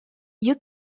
you